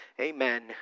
Amen